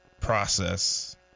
process